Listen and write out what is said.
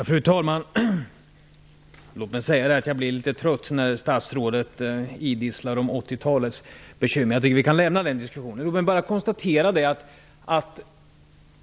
Fru talman! Låt mig säga att jag blir litet trött när statsrådet idisslar om 1980-talets bekymmer. Jag tycker att vi kan lämna den diskussionen därhän.